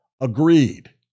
agreed